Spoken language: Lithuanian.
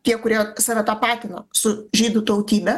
tie kurie save tapatina su žydų tautybe